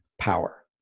power